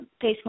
face